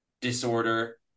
disorder